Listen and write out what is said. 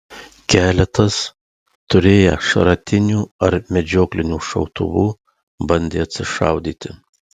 keletas turėję šratinių ar medžioklinių šautuvų bandė atsišaudyti